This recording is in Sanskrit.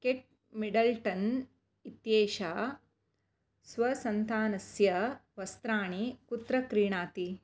केट् मिडल्टन् इत्येषा स्वसन्तानस्य वस्त्राणि कुत्र क्रीणाति